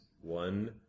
one